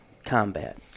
combat